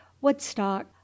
Woodstock